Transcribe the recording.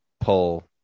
pull